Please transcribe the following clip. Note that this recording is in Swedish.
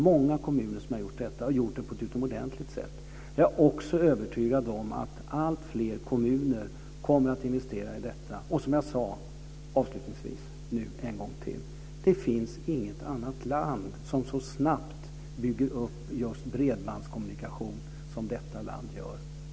Många kommuner har gjort detta på ett utomordentligt sätt. Jag är också övertygad om att alltfler kommuner kommer att investera i detta. Jag vill avslutningsvis återigen säga att inget annat land bygger upp bredbandskommunikation lika snabbt som vårt land gör.